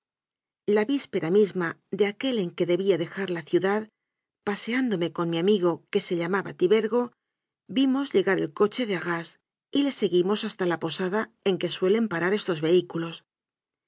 la víspera misma de aquel en que debía dejar la ciudad paseándome con mi amigo que se llamaba tibergo vimos llegar el coche de arras y le seguimos hasta la posada en que suelen parar estos vehículos